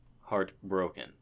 heartbroken